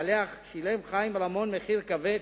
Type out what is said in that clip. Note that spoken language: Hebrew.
שעליה שילם חיים רמון מחיר כבד.